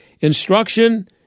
Instruction